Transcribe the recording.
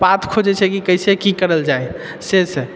पाथ खोजैत छै कि कैसे कि करल जाइ से से